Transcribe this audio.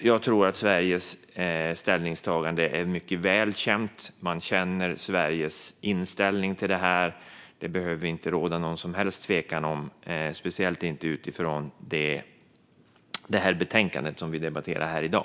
Jag tror att Sveriges ställningstagande är mycket väl känt. Att man känner till Sveriges inställning till det här behöver det inte råda någon som helst tvekan om - speciellt inte utifrån det utlåtande vi debatterar här i dag.